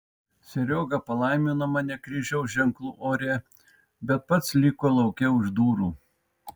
serioga palaimino mane kryžiaus ženklu ore bet pats liko lauke už durų